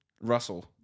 Russell